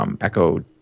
Echo